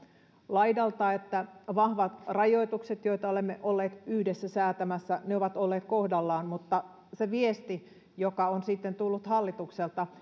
laidoilta että vahvat rajoitukset joita olemme olleet yhdessä säätämässä ovat olleet kohdallaan mutta se viesti joka on sitten tullut hallitukselta